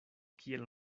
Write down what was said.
kiel